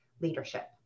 leadership